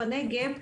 בנגב,